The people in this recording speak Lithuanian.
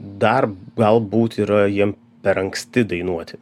dar galbūt yra jiem per anksti dainuoti